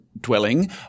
dwelling